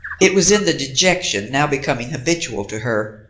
it was in the dejection now becoming habitual to her,